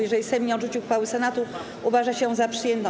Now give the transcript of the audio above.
Jeżeli Sejm nie odrzuci uchwały Senatu, uważa się ją za przyjętą.